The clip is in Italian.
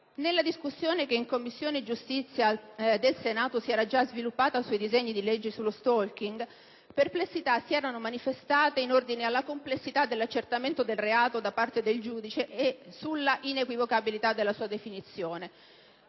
Nella discussione che in Commissione giustizia del Senato si era già sviluppata sui disegni di legge sullo *stalking* alcune perplessità si erano manifestate in ordine alla complessità dell'accertamento del reato da parte del giudice e sulla inequivocabilità della sua definizione.